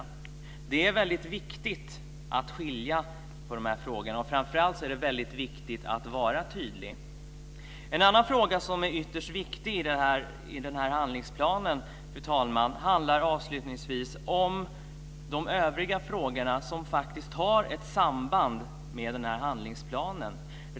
Det är väldigt viktigt att skilja på de här frågorna. Framför allt är det väldigt viktigt att vara tydlig. Något annat som är ytterst viktigt i den här handlingsplanen, fru talman, är avslutningsvis de övriga frågor som faktiskt har ett samband med handlingsplanen.